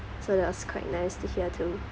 so that was quite nice to hear too